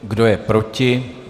Kdo je proti?